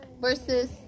versus